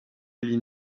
really